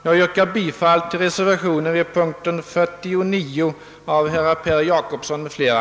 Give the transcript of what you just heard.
Jag yrkar bifall till reservationen 4 av herr Per Jacobsson m.fl.